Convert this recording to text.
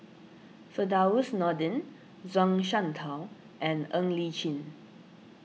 Firdaus Nordin Zhuang Shengtao and Ng Li Chin